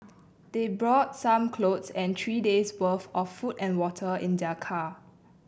they brought some clothes and three days' worth of food and water in their car